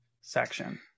section